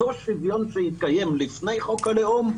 אותו שוויון שהתקיים לפני חוק הלאום,